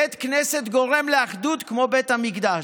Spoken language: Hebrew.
בית כנסת גורם לאחדות כמו בית המקדש.